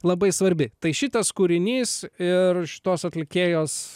labai svarbi tai šitas kūrinys ir šitos atlikėjos